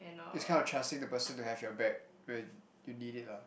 its kind of like trusting the person to have your back when you need it lah